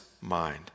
mind